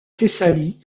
thessalie